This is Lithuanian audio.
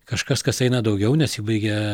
kažkas kas eina daugiau nesibaigia